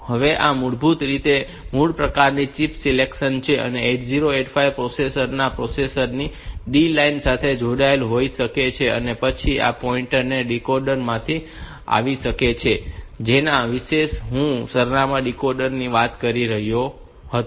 હવે આ મૂળભૂત રીતે અમુક પ્રકારની ચિપ સિલેક્ટ છે આ 8085 પ્રોસેસર ના પ્રોસેસર ની D0 લાઇન સાથે જોડાયેલ હોઈ શકે છે અને પછી આ પોઇન્ટ તે ડીકોડર માંથી આવી શકે છે કે જેના વિષે હું તે સરનામાં ડીકોડર વિશે વાત કરી રહ્યો હતો